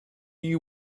you